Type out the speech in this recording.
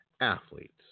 Athletes